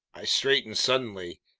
i straightened suddenly.